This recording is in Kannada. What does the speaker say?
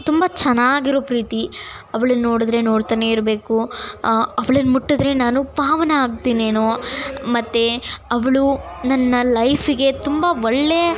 ತುಂಬ ಚೆನ್ನಾಗಿರೋ ಪ್ರೀತಿ ಅವ್ಳನ್ನ ನೋಡಿದ್ರೆ ನೋಡ್ತಾನೇ ಇರ್ಬೇಕು ಅವ್ಳನ್ನ ಮುಟ್ಟಿದ್ರೆ ನಾನು ಪಾವನ ಆಗ್ತಿನೇನೋ ಮತ್ತೆ ಅವಳು ನನ್ನ ಲೈಫಿಗೆ ತುಂಬ ಒಳ್ಳೆ